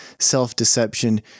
self-deception